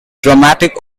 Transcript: dramatic